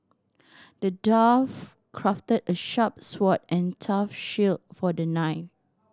the dwarf crafted a sharp sword and tough shield for the knight